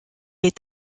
est